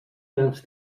grans